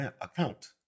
account